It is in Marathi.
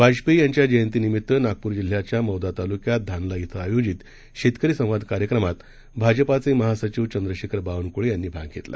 वाजपेयीयांच्याजयंतीनिमित्तनागपूरजिल्हाच्यामौदातालुक्यातधानलाइथंआयोजितशेत करीसंवादकार्यक्रमातभाजपाचेमहासचिवचंद्रशेखरबावनक्ळेयांनीभागघेतला